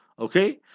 Okay